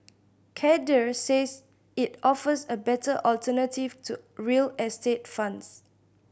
Cadre says it offers a better alternative to real estate funds